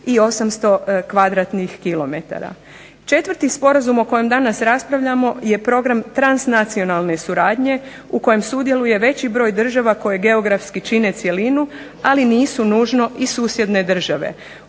kilometara. Četvrti sporazum o kojem danas raspravljamo je program transnacionalne suradnje u kojem sudjeluje veći broj država koje geografski čine cjelinu, ali nisu nužno i susjedne države.